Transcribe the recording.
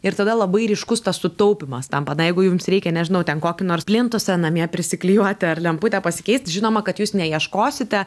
ir tada labai ryškus tas sutaupymas tampa na jeigu jums reikia nežinau ten kokį nors plintusą namie prisiklijuoti ar lemputę pasikeist žinoma kad jūs neieškosite